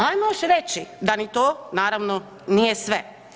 Ajmo još reći da ni to naravno, nije sve.